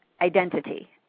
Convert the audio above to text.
identity